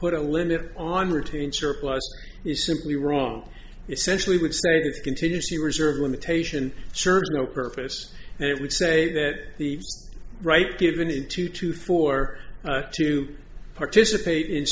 put a limit on routine surplus is simply wrong essentially would say that contingency reserve limitation serves no purpose and it would say that the right given two to four to participate